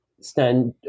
stand